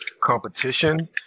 competition